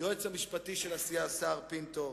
היועץ המשפטי של הסיעה סהר פינטו,